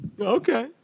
Okay